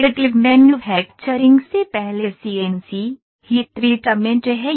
additive manufacturing से पहले CNC heat treatment है